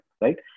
right